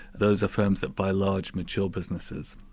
those are firms that buy large, mature businesses,